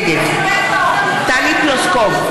נגד טלי פלוסקוב,